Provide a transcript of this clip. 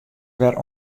wer